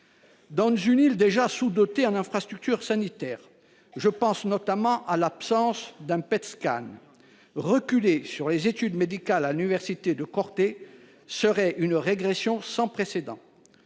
Dans une île déjà sous dotée en infrastructures sanitaires – je pense notamment à l’absence de PET scan –, reculer sur les études médicales à l’université de Corte constituerait une régression sans précédent.